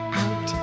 out